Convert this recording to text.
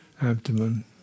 abdomen